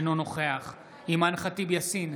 אינו נוכח אימאן ח'טיב יאסין,